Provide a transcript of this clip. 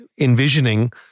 envisioning